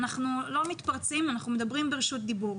אנחנו לא מתפרצים אלא אנחנו מדברים ברשות דיבור.